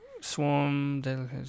Swarm